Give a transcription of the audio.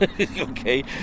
okay